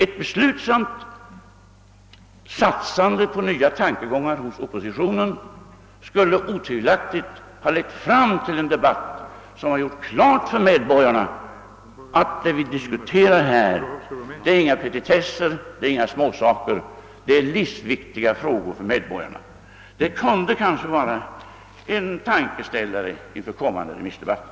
Ett beslutsamt satsande av oppositionen på nya tankegångar skulle otvivelaktigt ha lett fram till en debatt som hade gjort klart för medborgarna att det vi diskuterar här är inga petitesser, det är inga småsaker, det är livsviktiga frågor för medborgarna. Det kan kanske vara en tankeställare inför kommande remissdebatter.